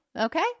okay